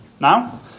Now